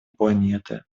планеты